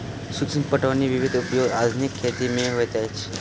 सूक्ष्म पटौनी विधिक उपयोग आधुनिक खेती मे होइत अछि